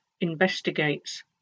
investigates